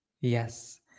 Yes